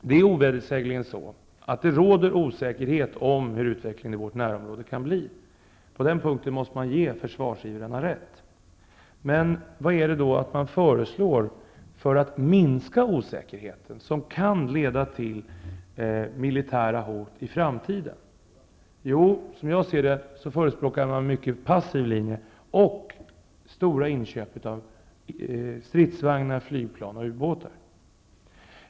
Det är ovedersägligen så att det råder osäkerhet om hur utvecklingen i vårt närområde kan bli. På den punkten måste jag ge försvarsivrarna rätt. Men vad är det då man föreslår för att minska osäkerheten, som kan leda till militära hot i framtiden? Ja, som jag ser det, förespråkar man en mycket passiv linje och stora inköp av stridsvagnar, flygplan och ubåtar.